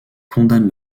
condamne